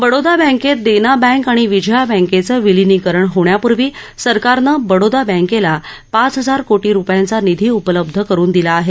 बडोदा बँकेत देना बँक आणि विजया बँकेचं विलीनकरण होण्यापूर्वी सरकारनं बडोदा बँकेला पाच हजार कोटी रूपयांचा निधी उपलब्ध करून दिला आहे